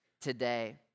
today